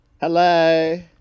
Hello